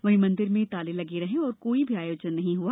वही मंदिर में ताले लगे रहे और कोई भी आयोजन नही हआ